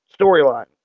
storyline